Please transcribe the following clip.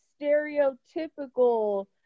stereotypical